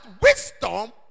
wisdom